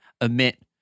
emit